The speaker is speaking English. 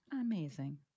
Amazing